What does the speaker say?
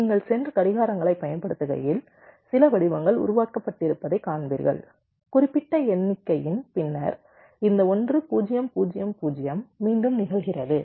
நீங்கள் சென்று கடிகாரங்களைப் பயன்படுத்துகையில் சில வடிவங்கள் உருவாக்கப்பட்டிருப்பதைக் காண்பீர்கள் குறிப்பிட்ட எண்ணிக்கையின் பின்னர் இந்த 1 0 0 0 மீண்டும் நிகழ்கிறது